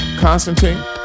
Constantine